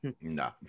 No